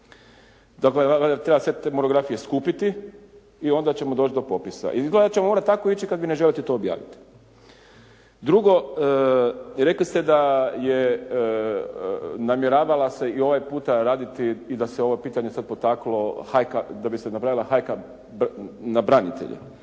Dakle, treba sve te monografije skupiti i onda ćemo doći do popisa. Izgleda da ćemo morati tako ići kad vi ne želite to objaviti. Drugo, rekli ste da je namjeravala se i ovaj puta raditi i da se ovo pitanje sada potaklo da bi se napravila hajka na branitelje